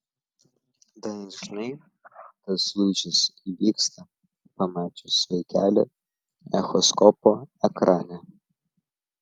dažnai tas lūžis įvyksta pamačius vaikelį echoskopo ekrane